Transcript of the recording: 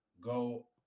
go